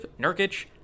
Nurkic